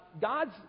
God's